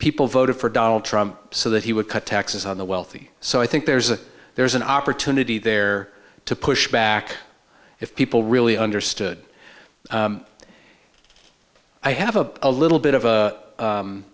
people voted for donald trump so that he would cut taxes on the wealthy so i think there's a there is an opportunity there to push back if people really understood i have a a little bit of a